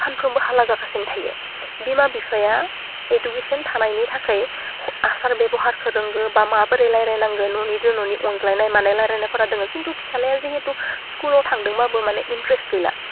सानफ्रोमबो हारला जागासिनो थायो बिमा बिफाया इदुकेसन थानायनि थाखै आसार बेबहार फोरोङो बा माबोरै रायलायनायनांगो ननिदो ननि अनल्जायनाय मानाय रायलायनायफोरा दोङो खिन्थु फिसालाया जिहेतु स्कुलाव थांदोंबाबो माने इन्ट्रेस गैला